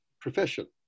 profession